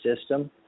system